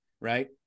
right